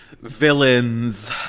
villains